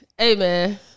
Amen